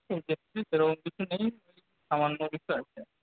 দেখছি সেরকম কিছু নেই সামান্য কিছু আছে